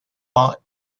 bot